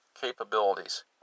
capabilities